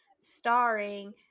starring